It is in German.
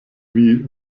wie